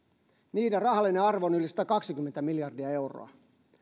niiden rahallinen arvo on yli satakaksikymmentä miljardia euroa